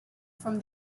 from